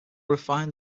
refined